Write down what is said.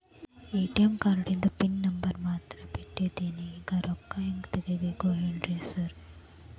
ATM ಕಾರ್ಡಿಂದು pin number ಮರ್ತ್ ಬಿಟ್ಟಿದೇನಿ ಈಗ ರೊಕ್ಕಾ ಹೆಂಗ್ ತೆಗೆಬೇಕು ಹೇಳ್ರಿ ಸಾರ್